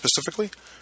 specifically